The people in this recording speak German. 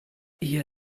ihr